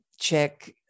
check